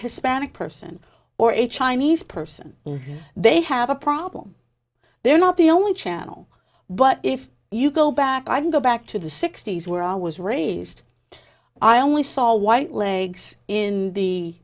hispanic person or a chinese person they have a problem they're not the only channel but if you go back i go back to the sixty's where i was raised i only saw white legs in the